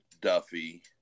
Duffy